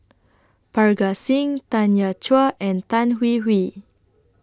Parga Singh Tanya Chua and Tan Hwee Hwee